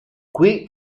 qui